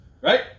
Right